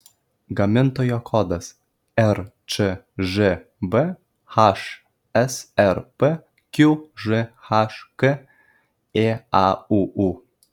gamintojo kodas rčžb hsrp qžhk ėauu